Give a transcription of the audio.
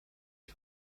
ich